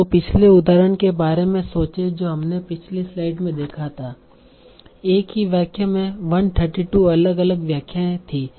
तो पिछले उदाहरण के बारे में सोचें जो हमने पिछली स्लाइड में देखा था एक ही वाक्य में 132 अलग अलग व्याख्याएं थीं